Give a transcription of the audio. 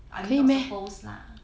I mean not suppose lah